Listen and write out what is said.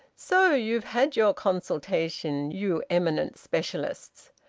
so you've had your consultation, you eminent specialists!